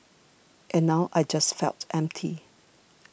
and now I just felt empty